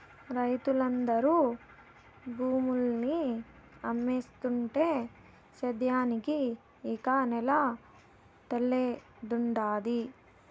రైతులందరూ భూముల్ని అమ్మేస్తుంటే సేద్యానికి ఇక నేల తల్లేడుండాది